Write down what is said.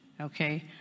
Okay